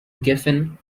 geffen